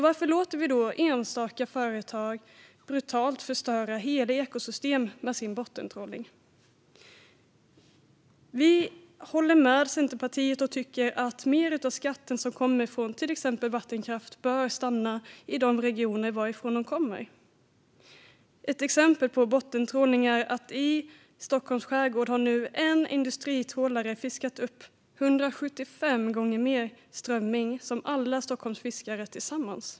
Varför låter vi då ett enstaka företag brutalt förstöra hela ekosystem med sin bottentrålning? Vi håller med Centerpartiet och tycker att mer av den skatt som härrör från till exempel vattenkraft bör stanna i de regioner den kommer från. Ett exempel på bottentrålning är att en enda industritrålare i Stockholms skärgård har fiskat upp 175 gånger mer strömming än alla Stockholms fiskare tillsammans.